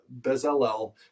Bezalel